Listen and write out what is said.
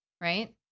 right